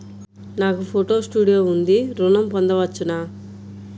నాకు photo studio ఉంది ఋణం పొంద వచ్చునా?